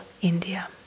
India